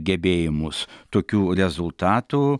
gebėjimus tokių rezultatų